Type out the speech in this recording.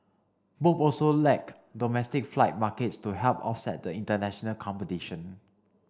both also lack domestic flight markets to help offset the international competition